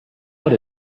what